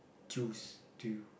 choose to